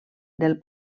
del